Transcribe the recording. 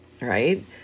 right